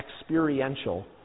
experiential